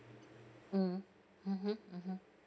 mm mmhmm mmhmm